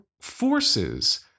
forces